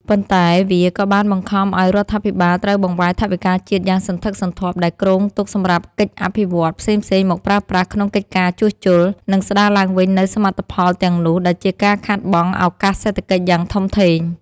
ប៉ុន្តែវាក៏បានបង្ខំឱ្យរដ្ឋាភិបាលត្រូវបង្វែរថវិកាជាតិយ៉ាងសន្ធឹកសន្ធាប់ដែលគ្រោងទុកសម្រាប់កិច្ចអភិវឌ្ឍន៍ផ្សេងៗ មកប្រើប្រាស់ក្នុងកិច្ចការជួសជុល និងស្ដារឡើងវិញនូវសមិទ្ធផលទាំងនោះ ដែលជាការខាតបង់ឱកាសសេដ្ឋកិច្ចយ៉ាងធំធេង។